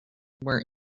were